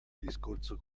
discorso